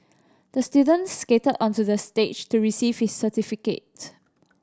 the student skated onto the stage to receive his certificate